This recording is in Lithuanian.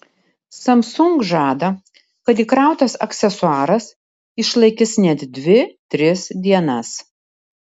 samsung žada kad įkrautas aksesuaras išlaikys net dvi tris dienas